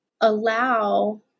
allow